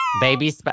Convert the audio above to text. baby